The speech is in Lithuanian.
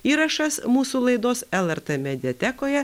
įrašas mūsų laidos lrt mediatekoje